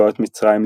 צבאות מצרים,